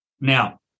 Now